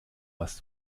was